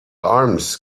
arms